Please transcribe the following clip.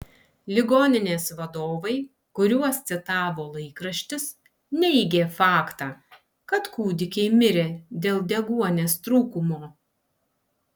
ligoninės vadovai kuriuos citavo laikraštis neigė faktą kad kūdikiai mirė dėl deguonies trūkumo